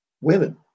women